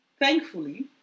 thankfully